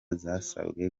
zasabwe